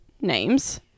names